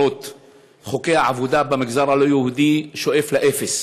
חוקי העבודה במגזר הלא-יהודי שואפים לאפס,